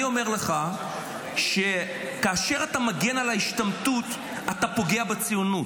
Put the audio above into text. אני אומר לך שכאשר אתה מגן על ההשתמטות אתה פוגע בציונות.